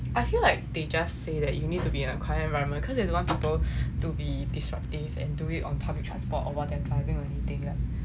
I feel like they just say that you need to be in a quiet environment cause they don't want people to be disruptive and do it on public transport or while they are driving or anything ah